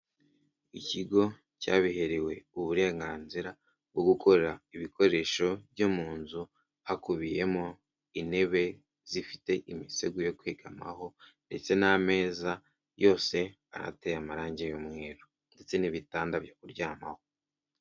Ikigo cyabiherewe uburenganzira bwo gukora ibikoresho byo mu nzu, hakubiyemo intebe zifite imisego yo kwegamaho ndetse n'ameza yose anateye amarangi y'umweru ndetse n'ibitanda byo kuryamaho.